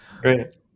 Great